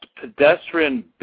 pedestrian